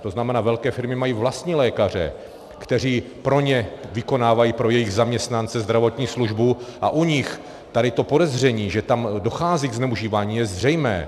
To znamená, že velké firmy mají vlastní lékaře, kteří pro ně vykonávají, pro jejich zaměstnance, zdravotní službu, a u nich tady to podezření, že dochází k zneužívání, je zřejmé.